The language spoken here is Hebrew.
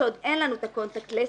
כשעוד אין לנו את הקונטקט לס,